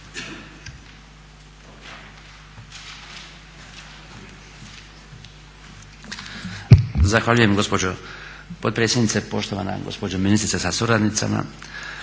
Zahvaljujem gospođo potpredsjednice. Poštovana gospođo ministrice sa suradnicama,